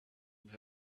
with